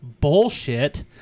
bullshit